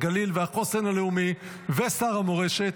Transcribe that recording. הגליל והחוסן הלאומי ושר המורשת,